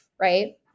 right